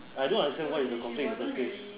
I don't understand is the complaint in the first place